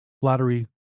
Flattery